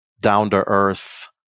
down-to-earth